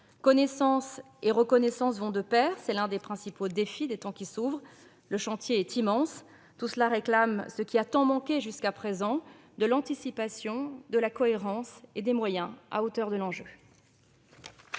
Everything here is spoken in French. Connaissance et reconnaissance vont de pair. C'est l'un des principaux défis des temps qui s'ouvrent. Le chantier est immense. Tout cela réclame ce qui a tant manqué jusqu'à présent : de l'anticipation, de la cohérence et des moyens à la hauteur de l'enjeu